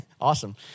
Awesome